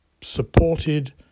supported